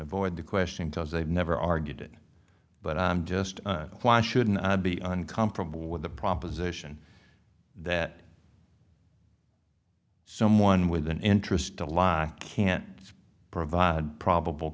avoid the question because they've never argued but i'm just why shouldn't i be uncomfortable with the proposition that someone with an interest to lie can't provide probable